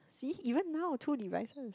see even now two devices